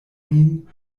min